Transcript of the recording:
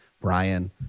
Brian